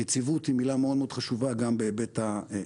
יציבות היא מילה מאוד מאוד חשובה גם בהיבט הצרכני.